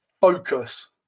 focus